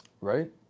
Right